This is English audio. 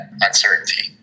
uncertainty